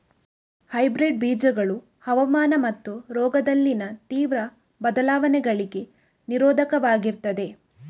hybrid ಬೀಜಗಳು ಹವಾಮಾನ ಮತ್ತು ರೋಗದಲ್ಲಿನ ತೀವ್ರ ಬದಲಾವಣೆಗಳಿಗೆ ನಿರೋಧಕವಾಗಿರ್ತದೆ